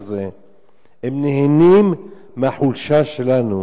הם יושבים פה בפרלמנט הזה, הם נהנים מהחולשה שלנו